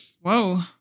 Whoa